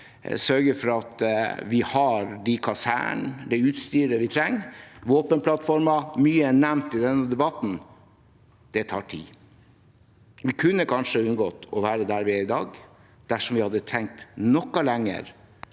sørge for at vi har de kasernene og det utstyret vi trenger, f.eks. våpenplattformer. Mye er nevnt i denne debatten. Det tar tid. Vi kunne kanskje unngått å være der vi er i dag, dersom vi hadde tenkt noe lenger